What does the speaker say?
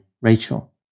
Rachel